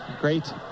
Great